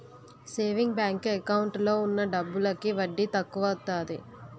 saving bank account లో ఉన్న డబ్బులకి వడ్డీ తక్కువత్తాది